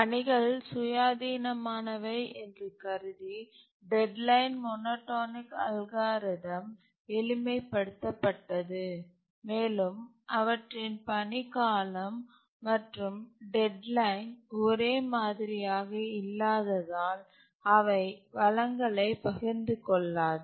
பணிகள் சுயாதீனமானவை என்று கருதி டெட்லைன் மோனோடோனிக் அல்காரிதம் எளிமைப்படுத்தப்பட்டது மேலும் அவற்றின் பணி காலம் மற்றும் டெட்லைன் ஒரே மாதிரியாக இல்லாததால் அவை வளங்களைப் பகிர்ந்து கொள்ளாது